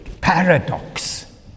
paradox